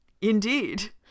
Indeed